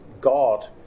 God